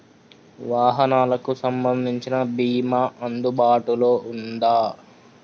వాహనాలకు సంబంధించిన బీమా అందుబాటులో ఉందా?